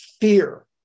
fear